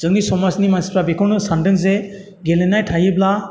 जोंनि समाजनि मानसिफ्रा बेखौनो सानदों जे गेलेनाय थायोब्ला